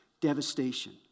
Devastation